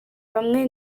bamwe